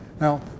Now